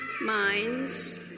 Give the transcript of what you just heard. minds